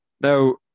Now